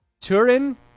turin